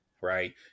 right